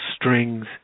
strings